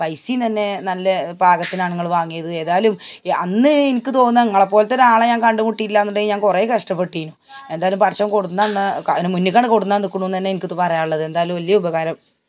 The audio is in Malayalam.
പൈസയും തന്നെ നല്ല പാകത്തിനാണ് നിങ്ങൾ വാങ്ങിയത് ഏതാലും എ അന്ന് എനിക്ക് തോന്ന്വ നിങ്ങളെ പോലത്തെ ഒരാളെ ഞാൻ കണ്ടു മുട്ടിയില്ല എന്നുണ്ടെങ്കിൽ ഞാൻ കുറേ കഷ്ടപ്പെട്ടിനു എന്തായാലും പടച്ചോൻ കൊട്ന്നു തന്ന ക മുന്നിക്കാണ് കോടുന്നു തന്നിക്കുണുന്നുന്നന്നെ എനിക്ക് അത് പറയാനുള്ളത് എന്തായാലും വലിയ ഉപകാരം